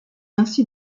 ainsi